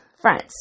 friends